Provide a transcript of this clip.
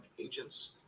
agents